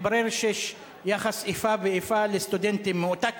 מתברר שיש יחס של איפה ואיפה לסטודנטים מאותה כיתה,